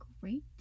great